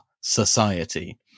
society